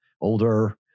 older